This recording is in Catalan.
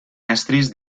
estris